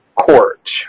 court